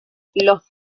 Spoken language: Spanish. los